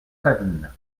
savine